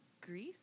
Greece